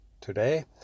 today